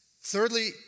Thirdly